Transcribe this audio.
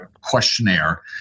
questionnaire